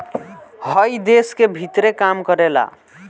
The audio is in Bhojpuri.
हइ देश के भीतरे काम करेला